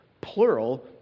plural